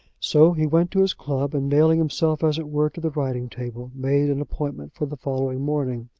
so he went to his club, and nailing himself as it were to the writing-table, made an appointment for the following morning.